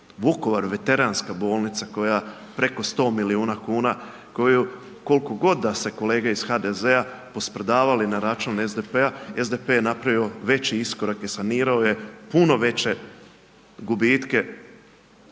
Vukovar, Veteranska bolnica koja preko 100 milijuna kuna, koju koliko god da se kolege iz HDZ-a posprdavali na račun SDP-a, SDP je napravio veći iskorak i sanirao je puno veće gubitke